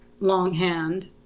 longhand